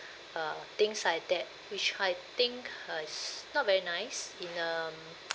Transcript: uh things like that which I think uh it's not very nice in um